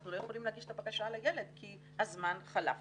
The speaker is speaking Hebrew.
אנחנו לא יכולים להגיש את הבקשה לילד כי הזמן חלף.